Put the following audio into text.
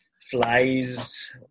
flies